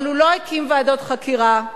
אבל הוא לא הקים ועדות חקירה,